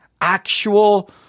actual